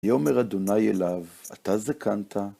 היאמר אדוני אליו, אתה זקנת?